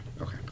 Okay